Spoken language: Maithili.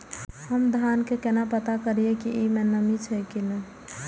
हम धान के केना पता करिए की ई में नमी छे की ने?